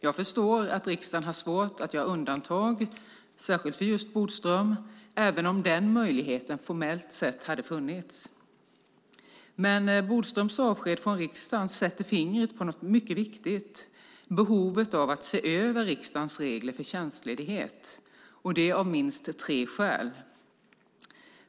Jag förstår att riksdagen hade svårt att göra undantag, särskilt för just Bodström, även om den möjligheten formellt sett hade funnits. Men Bodströms avsked från riksdagen sätter fingret på något viktigt: behovet av att se över riksdagens regler för tjänstledighet och det av minst tre skäl.